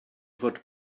fod